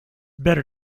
better